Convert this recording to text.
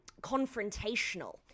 confrontational